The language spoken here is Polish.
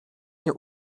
nie